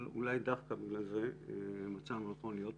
אבל אולי דווקא בגלל זה מצאנו לנכון להיות פה,